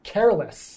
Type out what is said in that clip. Careless